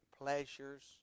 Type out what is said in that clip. pleasures